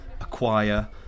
acquire